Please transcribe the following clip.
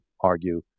argue